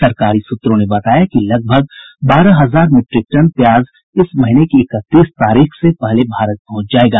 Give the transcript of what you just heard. सरकारी सूत्रों ने बताया है कि लगभग बारह हजार मीट्रिक टन प्याज इस महीने की इकतीस तारीख से पहले भारत पहुंच जायेगा